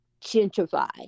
gentrify